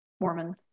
Mormon